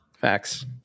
Facts